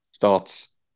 thoughts